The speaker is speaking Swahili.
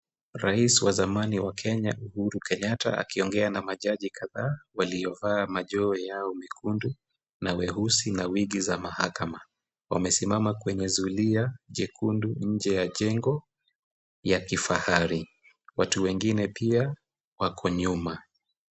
Rais wa zamani wa Kenya Uhuru Kenyatta akiongea na majaji kadhaa waliovaa majoho yao mekundu na weusi na wigi za mahakama. Wamesimama kwenye zulia jekundu nje ya jengo ya kifahari. Watu wengine pia wako nyuma.